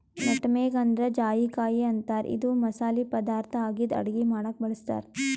nutmeg ಅಂದ್ರ ಜಾಯಿಕಾಯಿ ಅಂತಾರ್ ಇದು ಮಸಾಲಿ ಪದಾರ್ಥ್ ಆಗಿದ್ದ್ ಅಡಗಿ ಮಾಡಕ್ಕ್ ಬಳಸ್ತಾರ್